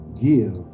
give